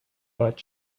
but